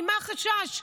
ממה החשש?